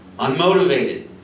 Unmotivated